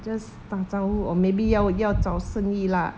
just 打招呼 or maybe 要要找生意 lah